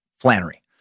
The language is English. Flannery